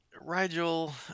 Rigel